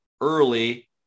early